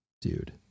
dude